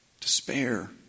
despair